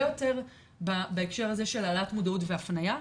יותר בהקשר הזה של העלאת מודעות והפניה.